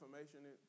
information